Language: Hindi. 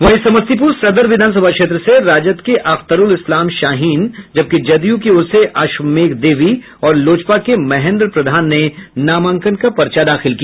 वहीं समस्तीपुर सदर विधानसभा क्षेत्र से राजद के अख्तरूल इस्लाम शाहीन जबकि जदयू की ओर से अश्वमेध देवी और लोजपा के महेन्द्र प्रधान ने नामांकन का पर्चा दाखिल किया